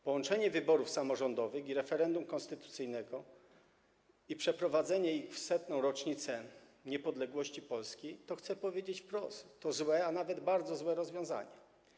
Połączenie wyborów samorządowych i referendum konstytucyjnego i przeprowadzenie ich w 100. rocznicę odzyskania niepodległości przez Polskę, chcę powiedzieć wprost, to złe, a nawet bardzo złe rozwiązanie.